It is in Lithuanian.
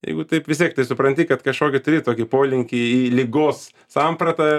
jeigu taip vis tiek tai supranti kad kažkokį turi tokį polinkį į ligos sampratą